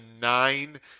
nine